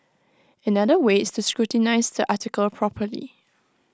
another way is to scrutinise the article properly